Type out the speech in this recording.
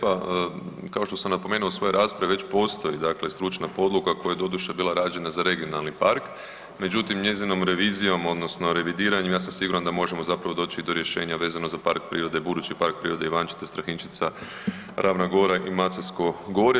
Kao što sam napomenuo u svojoj raspravi već postoji dakle stručna podloga koja je doduše bila rađena za regionalni park, međutim njezinom revizijom odnosno revidiranjem ja sam siguran da možemo zapravo doći do rješenja vezano za park prirode, budući park prirode Ivanščica, Strahinjčica, Ravna gora i Maceljsko gorje.